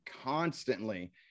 constantly